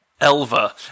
Elva